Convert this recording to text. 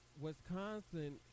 wisconsin